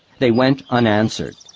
they went unanswered.